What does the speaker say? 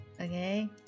Okay